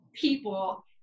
people